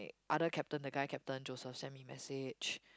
other captain the guy captain Joseph sent me message